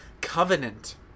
covenant